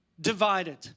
divided